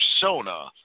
persona